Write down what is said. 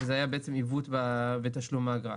זה היה עיוות בתשלום האגרה,